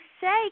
say